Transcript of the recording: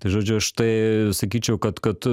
tai žodžiu aš tai sakyčiau kad kad